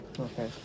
Okay